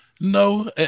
No